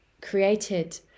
created